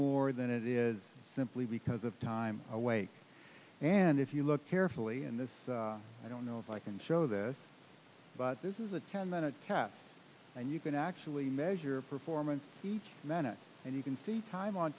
more than it is simply because of time awake and if you look carefully and this i don't know if i can show this but this is a ten minute test and you can actually measure performance each minute and you can see time on